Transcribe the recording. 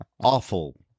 awful